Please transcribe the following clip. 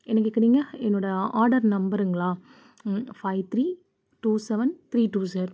என்ன கேட்குறீங்க என்னோடய ஆர்டர் நம்பருங்களா five three two seven three two sir